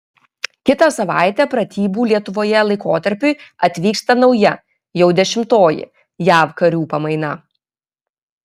kitą savaitę pratybų lietuvoje laikotarpiui atvyksta nauja jau dešimtoji jav karių pamaina